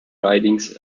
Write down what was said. ridings